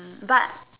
mm but